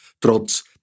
trotz